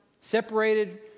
separated